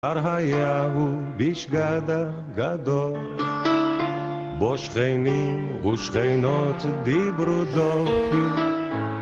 היה הוא ביש גדה גדול, בו שכנים ושכנות דיברו דופי...